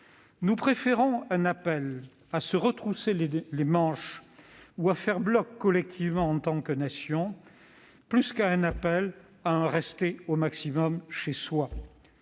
Nous préférons un appel « à se retrousser les manches » ou « à faire bloc collectivement en tant que nation » plutôt qu'à « rester au maximum chez soi